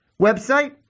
website